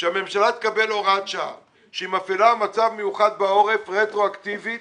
שהממשלה תקבל הוראת שעה שהיא מפעילה מצב מיוחד בעורף רטרואקטיבית